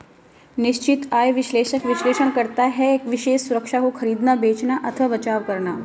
निश्चित आय विश्लेषक विश्लेषण करता है विशेष सुरक्षा को खरीदना, बेचना अथवा बचाव करना है